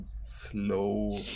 slow